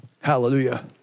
Hallelujah